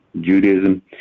judaism